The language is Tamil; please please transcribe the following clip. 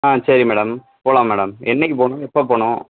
ஆ சரி மேடம் போகலாம் மேடம் என்னிக்கு போகணும் எப்போது போகணும்